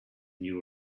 new